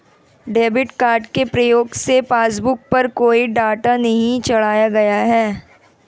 debit card के प्रयोग से पासबुक पर कोई डाटा नहीं चढ़ाया गया है